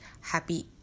happy